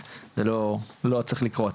אני מתנצל באמת זה לא צריך לקרות.